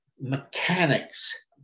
mechanics